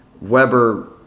Weber